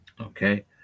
okay